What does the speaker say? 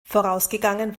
vorausgegangen